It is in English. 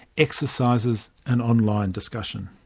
exercises and online discussion.